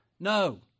No